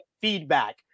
feedback